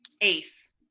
Ace